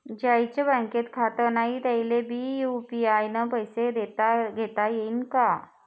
ज्याईचं बँकेत खातं नाय त्याईले बी यू.पी.आय न पैसे देताघेता येईन काय?